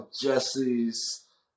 Jesse's